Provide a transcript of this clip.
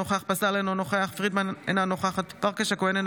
אינו נוכח חוה אתי עטייה,